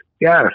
yes